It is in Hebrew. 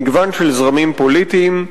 מגוון של זרמים פוליטיים,